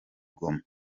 goma